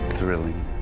Thrilling